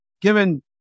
given